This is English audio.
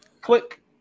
Click